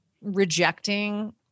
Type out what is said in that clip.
rejecting